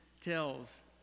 tells